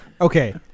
Okay